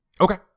Okay